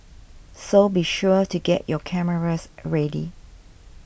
so be sure to get your cameras ready